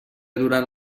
durant